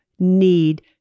need